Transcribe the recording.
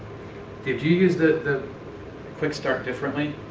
did you use the quick start differently?